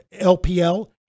LPL